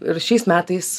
ir šiais metais